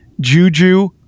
Juju